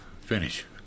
finish